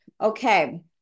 Okay